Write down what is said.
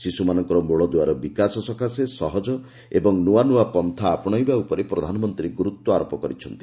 ଶିଶୁମାନଙ୍କର ମୂଳଦୂଆର ବିକାଶ ସକାଶେ ସହଜ ଏବଂ ନୂଆ ନୂଆ ପନ୍ଥା ଆପଶାଇବା ଉପରେ ପ୍ରଧାନମନ୍ତ୍ରୀ ଗ୍ରର୍ତ୍ୱାରୋପ କରିଛନ୍ତି